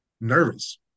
nervous